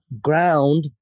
ground